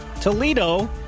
Toledo